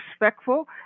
respectful